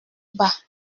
bas